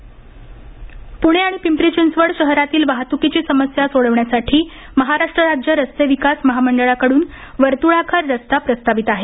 प्णे आणि पिंपरी चिंचवड शहरातील वाहतुकीची समस्या सोडवण्यासाठी महाराष्ट्र राज्य रस्ते विकास महामंडळाकड्रन वर्त्ळाकार रस्ता प्रस्तावित आहे